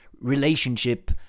relationship